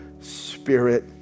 Spirit